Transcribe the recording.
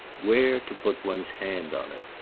where to put one's hand on it.